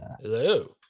Hello